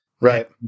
Right